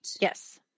Yes